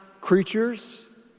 creatures